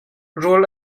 rawl